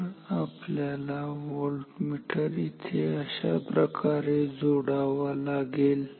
तर आपल्याला व्होल्टमीटर इथे याप्रकारे जोडावा लागेल